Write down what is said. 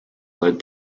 led